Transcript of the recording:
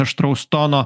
aštraus tono